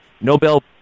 Nobel